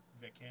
Vic